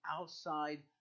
outside